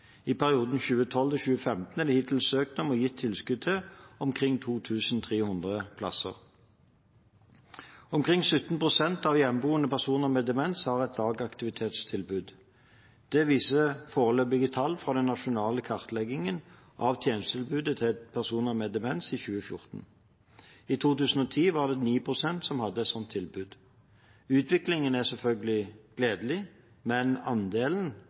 I perioden 2012–2015 er det hittil søkt om og gitt tilskudd til omkring 2 300 plasser. Omkring 17 pst. av hjemmeboende personer med demens har et dagaktivitetstilbud. Det viser foreløpige tall fra den nasjonale kartleggingen av tjenestetilbudet til personer med demens i 2014. I 2010 var det 9 pst. som hadde et sånt tilbud. Utviklingen er selvfølgelig gledelig, men andelen